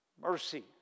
Mercy